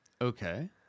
Okay